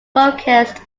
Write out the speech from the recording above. focused